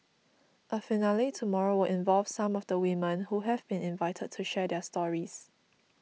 a finale tomorrow will involve some of the women who have been invited to share their stories